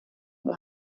auch